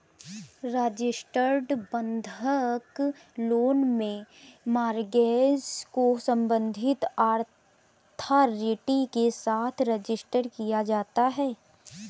registered बंधक loan में mortgage को संबंधित अथॉरिटी के साथ रजिस्टर किया जाता है